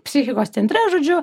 psichikos centre žodžiu